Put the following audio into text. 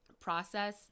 process